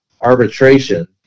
arbitration